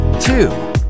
two